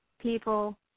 People